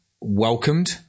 welcomed